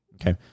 okay